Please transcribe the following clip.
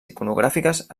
iconogràfiques